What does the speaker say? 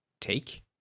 take